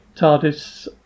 TARDIS